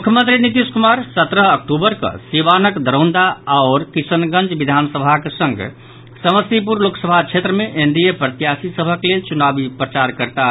मुख्यमंत्री नीतीश कुमार सत्रह अक्टूबर कऽ सीवानक दरौंदा आओर किशनगंज विधानसभाक संग समस्तीपुर लोकसभा क्षेत्र मे एनडीए प्रत्याशी सभक लेल चुनावी प्रचार करताह